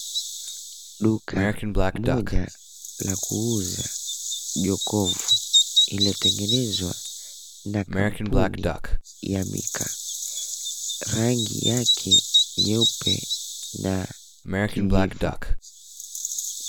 Duka moja la kuuza jokofu iliyotengenezwa na kampuni ya Mika rangi yake nyeupe na kijivu.